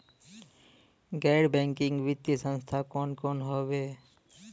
गैर बैकिंग वित्तीय संस्थान कौन कौन हउवे?